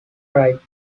right